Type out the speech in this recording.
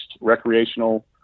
recreational